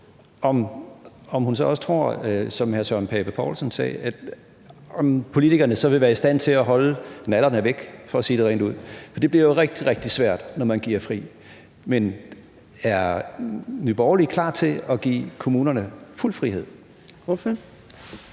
om hun så også tror, som hr. Søren Pape Poulsen sagde, om politikerne så vil være i stand til at holde nallerne væk, for at sige det rent ud. For det bliver jo rigtig, rigtig svært, når man sætter fri. Men er Nye Borgerlige klar til at give kommunerne fuld frihed? Kl.